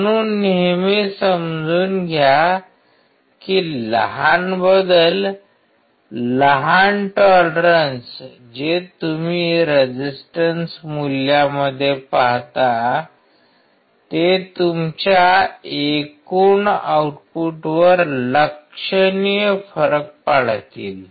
म्हणून नेहमी समजून घ्या की लहान बदल लहान टॉलरन्स जे तुम्ही रेजिस्टन्स मूल्यामध्ये पाहता ते तुमच्या एकूण आउटपुटवर लक्षणीय फरक पाडतील